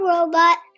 Robot